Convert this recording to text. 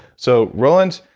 so, roland,